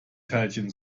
teilchen